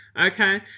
Okay